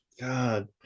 God